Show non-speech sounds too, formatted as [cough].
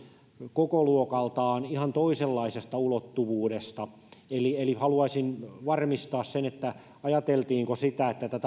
kokoluokaltaan ihan toisenlaisesta ulottuvuudesta eli eli haluaisin varmistaa sen että ajateltiinko sitä että tätä [unintelligible]